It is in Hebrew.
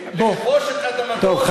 לכבוש את אדמתו ולשלול את חירותו,